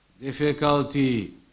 difficulty